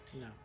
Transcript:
No